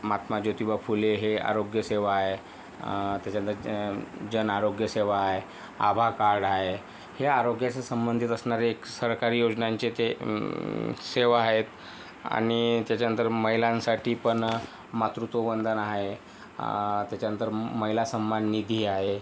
महात्मा जोतिबा फुले हे आरोग्य सेवा आहे त्याच्यानंतर जन आरोग्य सेवा आहे आभाकार्ड आहे हे आरोग्याच्या संबंधित असणारे एक सरकारी योजनांचे ते सेवा आहेत आणि त्याच्यानंतर महिलांसाठी पण मातृत्व वंदन आहे त्याच्यानंतर महिला सन्मान निधी आहे